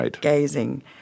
gazing